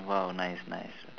!wow! nice nice